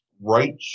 right